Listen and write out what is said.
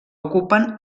ocupen